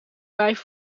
vijf